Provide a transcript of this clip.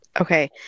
Okay